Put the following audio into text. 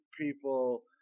people